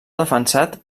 defensat